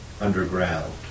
underground